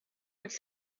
with